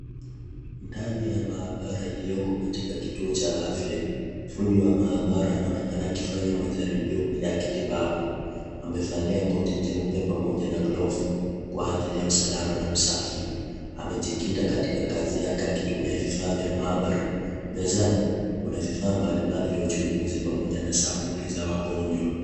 Ndani ya maabara iliyoko katika kituo cha afya, fundi wa maabara anaonekana akifanya majaribio ya kitibabu. Amevalia koti jeupe pamoja na glovu, kwa ajili ya usalama na usafi. Amejikita katika kazi yake akitumia vifaa vya maabara, mezani kuna vifaa mbali mbali vya uchunguzi pamoja na sampili za wagonjwa.